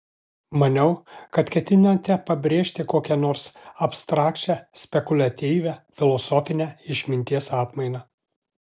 maniau kad ketinate pabrėžti kokią nors abstrakčią spekuliatyvią filosofinę išminties atmainą